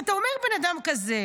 אתה אומר על בן אדם כזה,